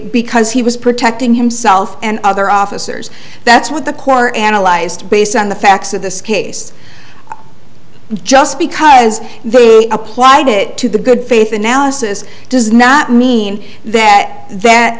because he was protecting himself and other officers that's what the corps analyzed based on the facts of this case just because they applied it to the good faith analysis does not mean that that